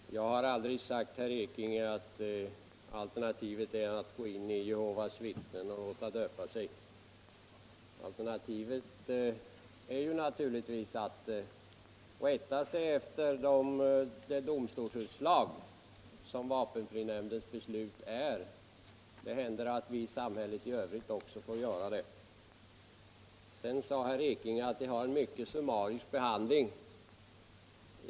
Herr talman! Jag har aldrig sagt, herr Ekinge, att alternativet är att gå in i Jehovas vittnen och låta döpa sig. Alternativet är naturligtvis att rätta sig efter det domstolsutslag som vapenfrinämndens beslut är. Det händer att vi i samhället i övrigt också får rätta oss efter domstolsbeslut. Herr Ekinge sade att vapenfrinämnden har en mycket summarisk behandling.